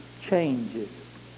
changes